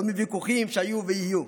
לא מוויכוחים שהיו ויהיו,